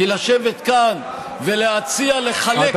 כי לשבת כאן ולהציע לחלק כספים,